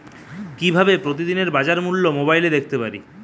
কিভাবে প্রতিদিনের বাজার মূল্য মোবাইলে দেখতে পারি?